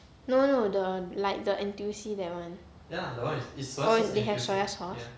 no no no the like the N_T_U_C that one oh they have soya sauce